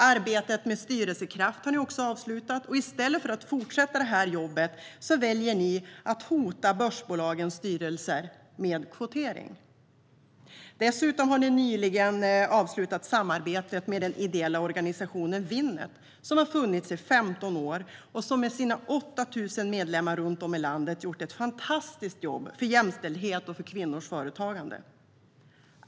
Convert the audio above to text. Arbetet med Styrelsekraft har ni också avslutat och i stället för att fortsätta det här jobbet väljer ni att hota börsbolagens styrelser med kvotering. Dessutom har ni nyligen avslutat samarbetet med den ideella organisationen Winnet som har funnits i 15 år och som med sina 8 000 medlemmar runt om i landet har gjort ett fantastiskt jobb för jämställdhet och kvinnors företagande.